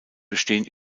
bestehen